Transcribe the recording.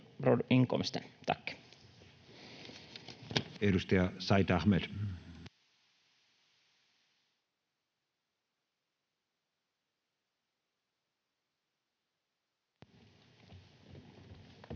Edustaja Said Ahmed.